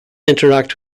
interact